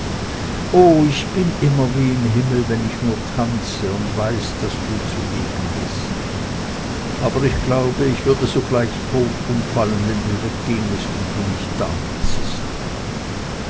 oh ich bin immer wie im himmel wenn ich nur tanze und weiß daß du zugegen bist aber ich glaube ich würde sogleich tot umfallen wenn du weggingest und mich daließest